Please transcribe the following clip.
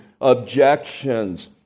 objections